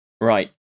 Right